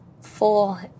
full